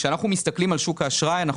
כשאנחנו מסתכלים היום על שוק האשראי אנחנו